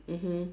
mmhmm